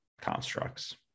constructs